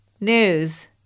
news